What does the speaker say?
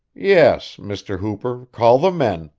yes, mr. hooper, call the men,